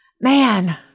Man